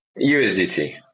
USDT